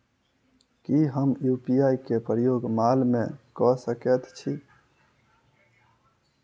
की हम यु.पी.आई केँ प्रयोग माल मै कऽ सकैत छी?